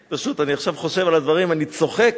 פשוט, אני עכשיו חושב על הדברים אני צוחק.